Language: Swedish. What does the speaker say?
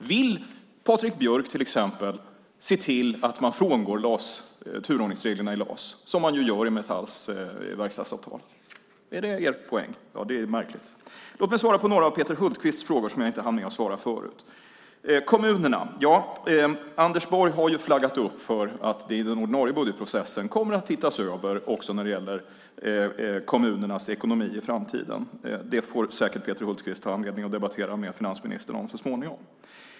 Vill Patrik Björck, till exempel, se till att man frångår turordningsreglerna i LAS som man gör i Metalls verkstadsavtal? Är det er poäng? Det är märkligt. Låt mig svara på några av Peter Hultqvists frågor som jag inte hann med att svara på förut. När det gäller kommunerna har Anders Borg flaggat för att man i den ordinarie budgetprocessen kommer att titta över också kommunernas ekonomi i framtiden. Det får Peter Hultqvist säkert anledning att debattera med finansministern om så småningom.